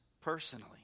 personally